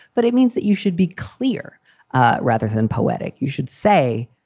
but it means that you should be clear ah rather than poetic. you should say,